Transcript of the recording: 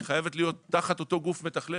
היא חייבת להיות תחת אותו גוף מתכלל